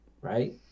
right